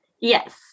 Yes